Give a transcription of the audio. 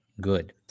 good